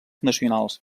nacionals